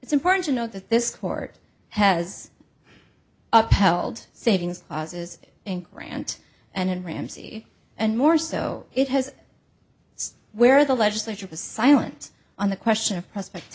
it's important to note that this court has upheld savings clauses and grant and ramsi and more so it has its where the legislature was silent on the question of prospect